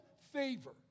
favor